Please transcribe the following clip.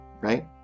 right